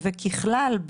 ככלל,